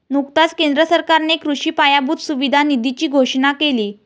नुकताच केंद्र सरकारने कृषी पायाभूत सुविधा निधीची घोषणा केली